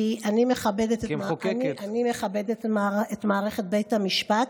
אני מכבדת את מערכת המשפט.